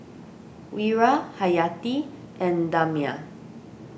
Wira Hayati and Damia